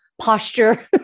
posture